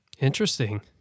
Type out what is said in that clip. Interesting